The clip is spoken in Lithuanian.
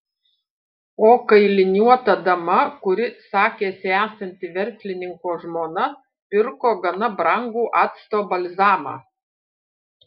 o kailiniuota dama kuri sakėsi esanti verslininko žmona pirko gana brangų acto balzamą